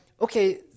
Okay